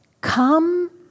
come